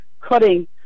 cutting